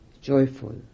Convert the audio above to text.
joyful